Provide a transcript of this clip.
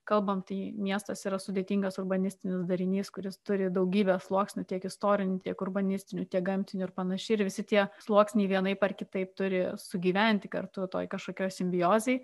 kalbam tai miestas yra sudėtingas urbanistinis darinys kuris turi daugybę sluoksnių tiek istorinių tiek urbanistinių tiek gamtinių ir panašiai ir visi tie sluoksniai vienaip ar kitaip turi sugyventi kartu toj kažkokioj simbiozėj